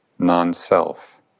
non-self